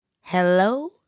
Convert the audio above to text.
Hello